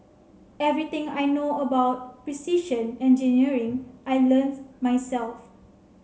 everything I know about precision engineering I learnt myself